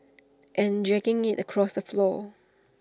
and dragging IT across the floor